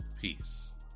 Peace